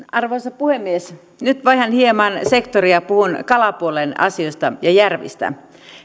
arvoisa puhemies nyt vaihdan hieman sektoria ja puhun kalapuolen asioista ja järvistä